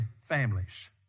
families